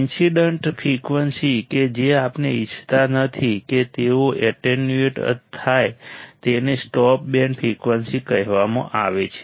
incident frequency કે જે આપણે ઇચ્છતા નથી કે તેઓ એટેન્યુએટ થાય તેને સ્ટોપ બેન્ડ ફ્રિકવન્સી કહેવામાં આવે છે